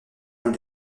dans